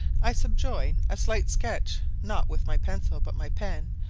i subjoin a slight sketch, not with my pencil but my pen,